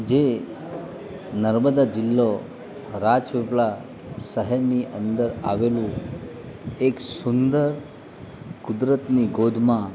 જે નર્મદા જિલ્લો રાજપીપળા શહેરની અંદર આવેલું એક સુંદર કુદરતની ગોદમાં